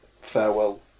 farewell